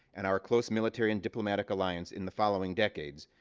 and our close military and diplomatic alliance in the following decades,